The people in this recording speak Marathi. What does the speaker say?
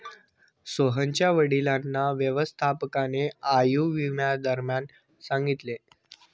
सोहनच्या वडिलांना व्यवस्थापकाने आयुर्विम्याबाबत सांगितले